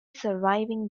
surviving